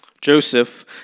Joseph